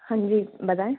हाँ जी बताएं